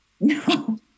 No